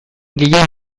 gehien